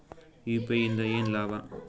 UPI ಇಂದ ಏನ್ ಲಾಭ?